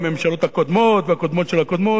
הממשלות הקודמות והקודמות של הקודמות,